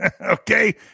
Okay